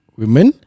women